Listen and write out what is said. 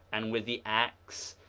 and with the ax,